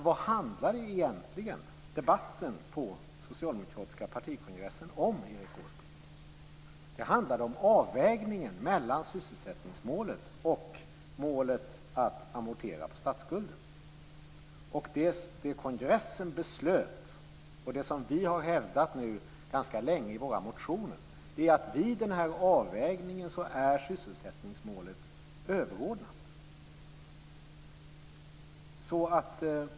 Vad handlade debatten på den socialdemokratiska partikongressen om, Erik Åsbrink? Den handlade om avvägningen mellan sysselsättningsmålet och målet att amortera på statsskulden. Det som kongressen beslöt, och det som vi länge hävdat i våra motioner, är att i avvägningen är sysselsättningsmålet överordnat.